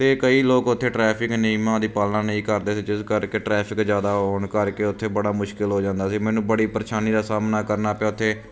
ਅਤੇ ਕਈ ਲੋਕ ਉੱਥੇ ਟਰੈਫਿਕ ਨਿਯਮਾਂ ਦੀ ਪਾਲਣਾ ਨਹੀਂ ਕਰਦੇ ਸੀ ਜਿਸ ਕਰਕੇ ਟਰੈਫਿਕ ਜ਼ਿਆਦਾ ਹੋਣ ਕਰਕੇ ਉੱਥੇ ਬੜਾ ਮੁਸ਼ਕਿਲ ਹੋ ਜਾਂਦਾ ਸੀ ਮੈਨੂੰ ਬੜੀ ਪਰੇਸ਼ਾਨੀ ਦਾ ਸਾਹਮਣਾ ਕਰਨਾ ਪਿਆ ਉੱਥੇ